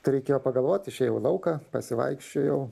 tai reikėjo pagalvot išėjau į lauką pasivaikščiojau